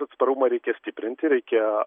atsparumą reikia stiprinti reikia